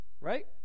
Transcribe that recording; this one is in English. right